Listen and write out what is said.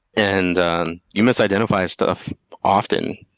and and you misidentify stuff often,